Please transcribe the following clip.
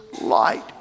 light